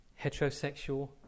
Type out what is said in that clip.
heterosexual